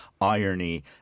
irony